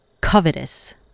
covetous